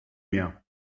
mehr